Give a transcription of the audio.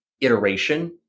iteration